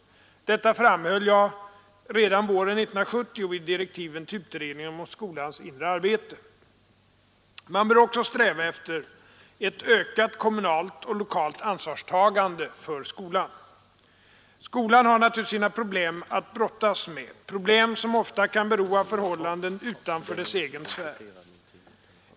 Detta framhöll jag redan våren 1970 i direktiven till utredningen om skolans inre arbete. Man bör också sträva efter ett ökat kommunalt och lokalt ansvarstagande för skolan. Skolan har naturligtvis sina problem att brottas med, problem som ofta kan bero av förhållanden utanför dess egen sfär.